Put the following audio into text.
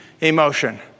emotion